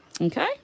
Okay